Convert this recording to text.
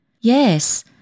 Yes